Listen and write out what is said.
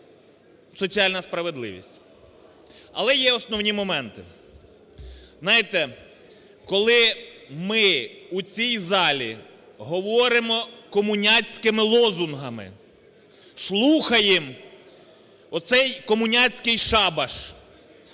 соціальна справедливість. Але є основні моменти. Знаєте, коли ми у цій залі говоримо комуняцькими лозунгами, слухаємо оцей комуняцький шабаш,